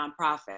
nonprofit